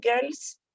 girls